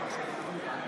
הפסקה?